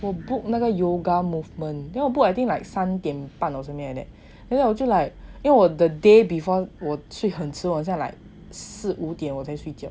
我 book 那个 yoga movement then 我 book I think like 三点半 or something like then 我就 like the day before 我睡很迟好像 like 四五点我才睡觉